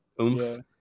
oomph